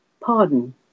pardon